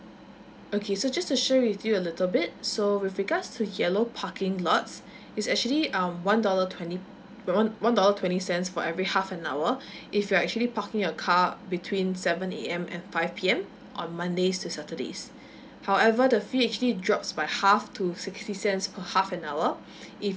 okay so just to share with you a little bit so with regards to yellow parking lots it's actually um one dollar twenty one dollar twenty cents for every half an hour if you're actually parking your car between seven A_M and five P_M on mondays to saturdays however the fee actually drops by half to sixty cents per half an hour if